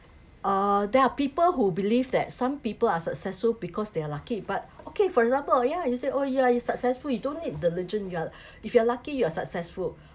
err there are people who believe that some people are successful because they are lucky but okay for example ya you say oh yeah you successful you don't need diligence you are if you are lucky you are successful